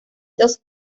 dos